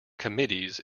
committees